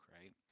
right